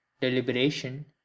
deliberation